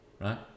Right